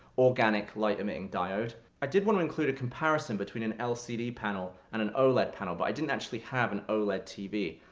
organic light-emitting diode. i did wanna include a comparison between an lcd panel and an oled panel, but i didn't actually have an oled tv,